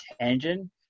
tangent